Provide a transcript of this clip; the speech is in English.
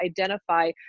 identify